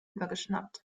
übergeschnappt